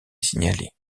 signalé